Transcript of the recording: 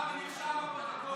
נרשם בפרוטוקול.